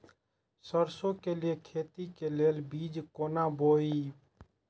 सरसों के लिए खेती के लेल बीज केना बोई?